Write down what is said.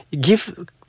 give